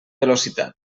velocitat